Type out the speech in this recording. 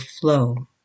flow